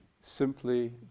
simply